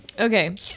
okay